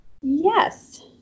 Yes